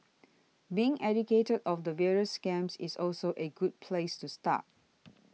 being educated of the various scams is also a good place to start